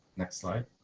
next slide.